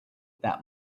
that